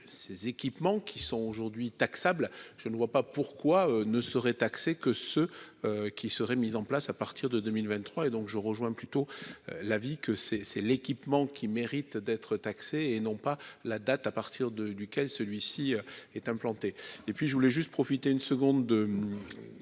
ces équipements qui sont aujourd'hui taxable je ne vois pas pourquoi ne seraient taxés que ceux qui seraient mises en place à partir de 2023 et donc je rejoins plutôt la vie que c'est c'est l'équipement qui mérite d'être taxés et non pas la date à partir de, du, duquel celui-ci est implanté et puis je voulais juste profiter une seconde